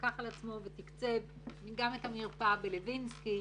לקח על עצמו ותקצב גם את המרפאה בלוינסקי,